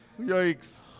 Yikes